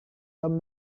tom